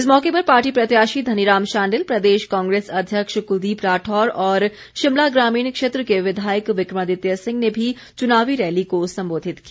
इस मौके पर पार्टी प्रत्याशी धनीराम शांडिल प्रदेश कांग्रेस अध्यक्ष कुलदीप राठौर और शिमला ग्रामीण क्षेत्र के विधायक विक्रमादित्य सिंह ने भी चुनावी रैली को संबोधित किया